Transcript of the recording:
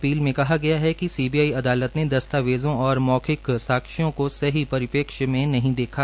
appeal में कहा गया है कि सीबीआई अदालत ने दस्तावेजों और मौखिक साक्ष्यो को सही परिपेक्ष में नहीं देखा